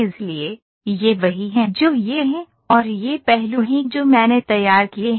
इसलिए ये वही हैं जो ये हैं और ये पहलू हैं जो मैंने तैयार किए हैं